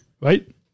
right